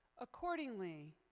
Accordingly